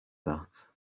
that